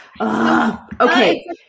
Okay